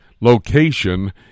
location